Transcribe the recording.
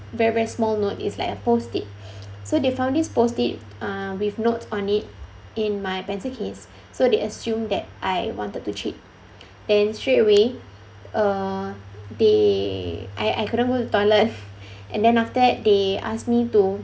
very very small note is like a post-it so they found this post-it uh with notes on it in my pencil case so they assume that I wanted to cheat then straight away uh they I I couldn't go to the toilet and then after that they asked me to